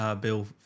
Bill